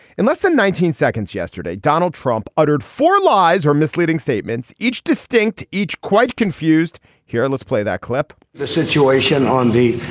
in less than nineteen seconds yesterday donald trump uttered four lies or misleading statements each distinct each quite confused here. let's play that clip the situation on the